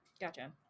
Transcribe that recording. Gotcha